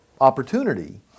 opportunity